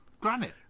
granite